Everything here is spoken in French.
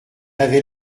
avait